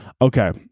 Okay